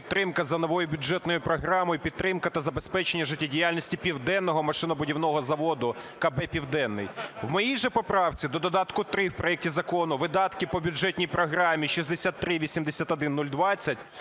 підтримка за новою бюджетною програмою, підтримка та забезпечення життєдіяльності Південного машинобудівного заводу, КБ "Південне". В моїй же поправці до додатку 3 в проекті закону видатки по бюджетній програмі 6381020